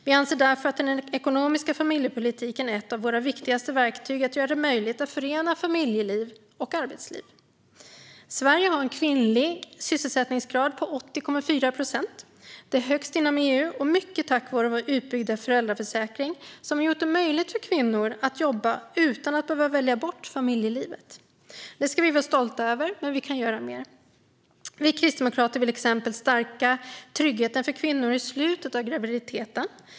Vi anser därför att den ekonomiska familjepolitiken är ett av våra viktigaste verktyg för att göra det möjligt att förena familjeliv med arbetsliv. Sverige har en kvinnlig sysselsättningsgrad på 80,4 procent. Den är högst inom EU. Detta är mycket tack vare vår utbyggda föräldraförsäkring, som har gjort det möjligt för kvinnor att jobba utan att behöva välja bort familjelivet. Det ska vi vara stolta över, men vi kan göra mer. Vi kristdemokrater vill till exempel stärka tryggheten för kvinnor i slutet av graviditeten.